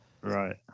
right